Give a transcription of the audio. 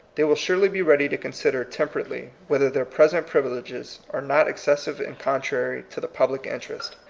they will surely be ready to consider temperately whether their present privileges are not excessive and contrary to the public interest.